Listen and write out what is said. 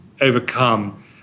overcome